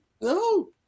No